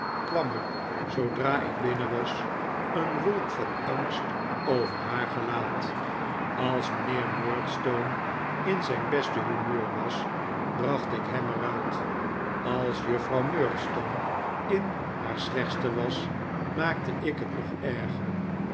kwam er zoodra ik binnen was een wolk van angst over haar gelaat als mijnheer murdstone in zijn beste humeur was bracht ik hem er uit als juffrouw murdstone in haar slechtste was maakte ik het nog erger